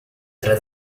tre